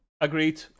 agreed